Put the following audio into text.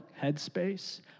headspace